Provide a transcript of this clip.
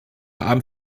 abend